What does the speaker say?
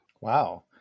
Wow